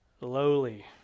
lowly